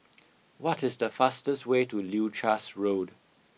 what is the fastest way to Leuchars Road